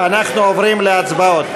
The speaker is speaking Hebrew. הודעה אחרונה,